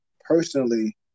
personally